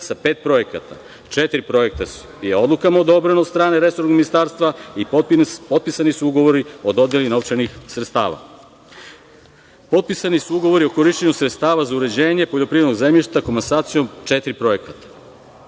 sa pet projekata. Četiri projekta je odlukama odobreno od strane resornog ministarstva i potpisani su ugovori o dodeli novčanih sredstava. Potpisani su ugovori o korišćenju sredstava za uređenje poljoprivrednog zemljišta komasacijom četiri projekta,